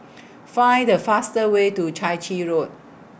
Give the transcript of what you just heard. Find The fastest Way to Chai Chee Road